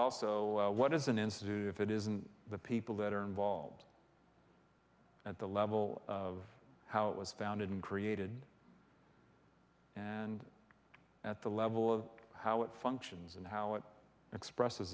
also what is an institute if it isn't the people that are involved at the level of how it was founded and created and at the level of how it functions and how it expresses